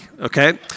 Okay